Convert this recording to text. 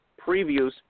previews